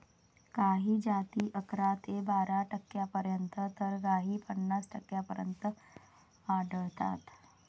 काही जाती अकरा ते बारा टक्क्यांपर्यंत तर काही पन्नास टक्क्यांपर्यंत आढळतात